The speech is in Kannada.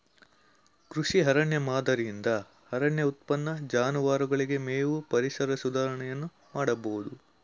ಕೃಷಿ ಅರಣ್ಯ ಮಾದರಿಯಿಂದ ಅರಣ್ಯ ಉತ್ಪನ್ನ, ಜಾನುವಾರುಗಳಿಗೆ ಮೇವು, ಪರಿಸರ ಸುಧಾರಣೆಯನ್ನು ಮಾಡಬೋದು